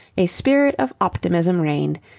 a spirit of optimism reigned,